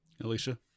Alicia